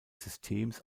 systems